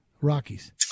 Rockies